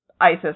Isis